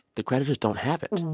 the creditors don't have it oh